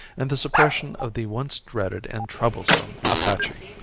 and the suppression of the once dreaded and troublesome apache,